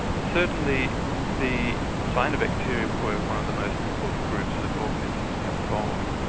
certainly the cyanobacteria were one of the most important groups of organisms to have evolved.